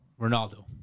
Ronaldo